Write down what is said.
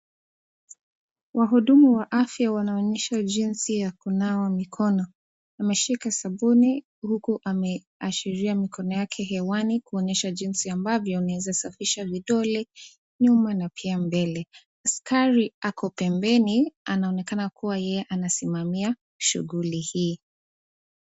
Wahudumu wa afya wanaonyeshwa jinsi ya kunawa mikono. Wameshika sabuni huku ameashiria mikono yake hewani kuonyesha jinsi ambavyo unaweza safisha vidole nyuma na pia mbele. Askari ako pembeni anaonekana kuwa yeye anasimamia shughuli hii.